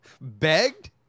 Begged